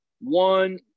one